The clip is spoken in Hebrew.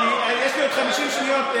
יש לי עוד 50 שניות,